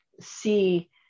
see